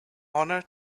honour